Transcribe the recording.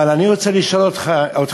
אבל אני רוצה לשאול אתכם,